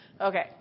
okay